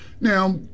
Now